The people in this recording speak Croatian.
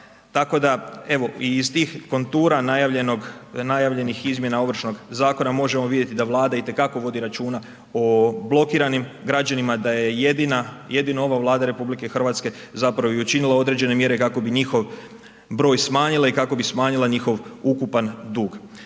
Tako da evo i iz tih kontura najavljenog, najavljenih izmjena Ovršnog zakona možemo vidjeti da Vlada i te kako vodi računa o blokiranim građanima, da je jedino ova Vlada RH zapravo i učinila određene mjere kako bi njihov broj smanjila i kako bi smanjila njihov ukupan dug.